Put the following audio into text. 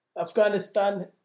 Afghanistan